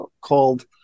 called